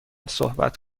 صحبت